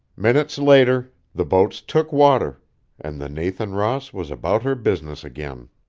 minutes later, the boats took water and the nathan ross was about her business again.